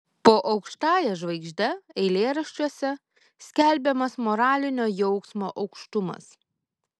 po aukštąja žvaigžde eilėraščiuose skelbiamas moralinio jausmo aukštumas